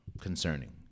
concerning